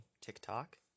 TikTok